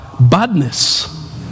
badness